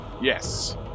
Yes